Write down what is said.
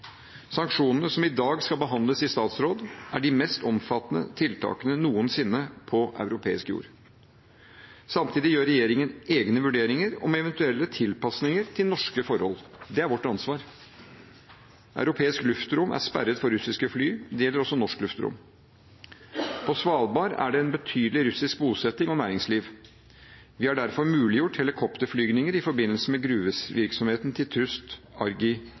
Sanksjonene som i dag skal behandles i statsråd, er de mest omfattende tiltakene noensinne på europeisk jord. Samtidig gjør regjeringen egne vurderinger om eventuelle tilpasninger til norske forhold – det er vårt ansvar. Europeisk luftrom er sperret for russiske fly. Det gjelder også norsk luftrom. På Svalbard er det en betydelig russisk bosetting og næringsliv. Vi har derfor muliggjort helikopterflyginger i forbindelse med gruvevirksomheten til Trust